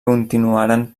continuaren